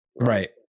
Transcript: Right